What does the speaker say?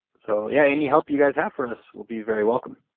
so, yeah. any help you guys have for us will be very welcome